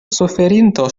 suferinto